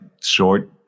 short